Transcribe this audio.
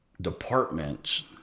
departments